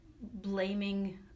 blaming